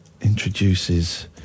introduces